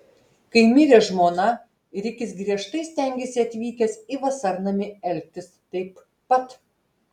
kai mirė žmona rikis griežtai stengėsi atvykęs į vasarnamį elgtis taip pat